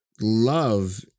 Love